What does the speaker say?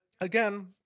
Again